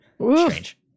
Strange